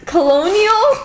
Colonial